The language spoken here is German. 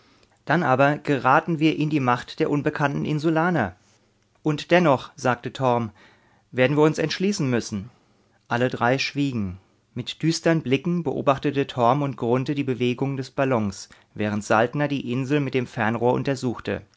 dann aber geraten wir in die macht der unbekannten insulaner und dennoch sagte torm werden wir uns entschließen müssen alle drei schwiegen mit düsteren blicken beobachteten torm und grunthe die bewegungen des ballons während saltner die insel mit dem fernrohr untersuchte